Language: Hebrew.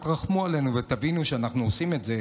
תרחמו עלינו ותבינו שאנחנו עושים את זה,